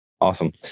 Awesome